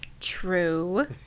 True